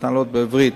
מתנהלות בעברית.